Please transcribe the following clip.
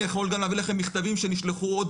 אני יכול גם להביא לכם מכתבים שנשלחו עוד